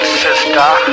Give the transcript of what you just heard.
sister